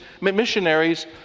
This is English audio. missionaries